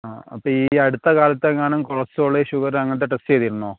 ആ അപ്പം ഈ അടുത്ത കാലത്ത് എങ്ങാനും കൊളസ്ട്രോൾ ഷുഗർ അങ്ങനത്ത ടെസ്റ്റ് ചെയ്തിരുന്നോ